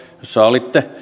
jossa olitte